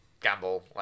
gamble